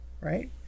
Right